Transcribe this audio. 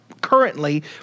currently